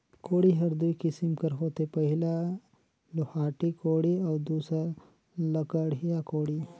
कोड़ी हर दुई किसिम कर होथे पहिला लोहाटी कोड़ी अउ दूसर लकड़िहा कोड़ी